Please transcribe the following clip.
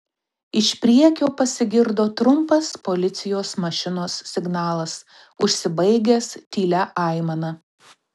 iš priekio pasigirdo trumpas policijos mašinos signalas užsibaigęs tylia aimana